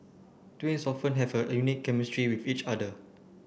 twins often have a unique chemistry with each other